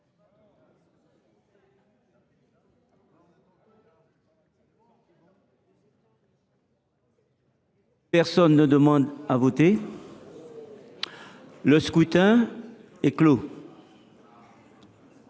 Personne ne demande plus à voter ?… Le scrutin est clos.